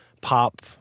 pop